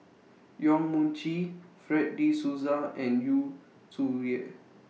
Yong Mun Chee Fred De Souza and Yu Zhuye